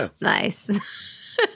nice